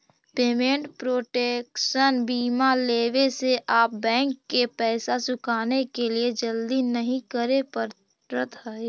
payment protection बीमा लेवे से आप बैंक के पैसा चुकाने के लिए जल्दी नहीं करे पड़त हई